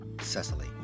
Cecily